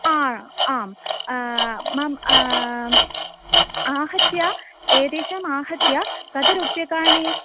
आ आम् मम् आहत्य एतेषाम् आहत्य कति रूप्यकाणि